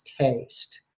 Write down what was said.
taste